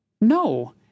no